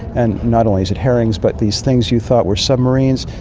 and not only is it herrings but these things you thought were submarines,